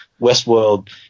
Westworld